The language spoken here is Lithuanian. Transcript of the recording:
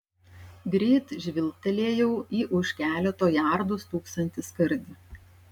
greit žvilgtelėjau į už keleto jardų stūksantį skardį